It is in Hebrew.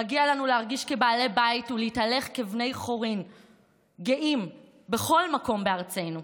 מגיע לנו להרגיש כבעלי בית ולהתהלך כבני חורין גאים בכל מקום בארצנו,